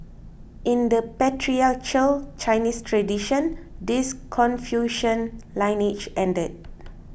in the patriarchal Chinese tradition his Confucian lineage ended